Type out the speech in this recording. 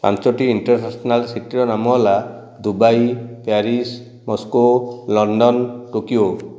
ପାଞ୍ଚୋଟି ଇଣ୍ଟରନ୍ୟାସନାଲ୍ ସିଟିର ନାମ ହେଲା Dubai Paris Moscow London Tokyo